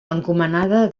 encomana